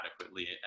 adequately